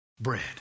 bread